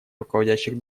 руководящих